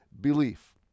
belief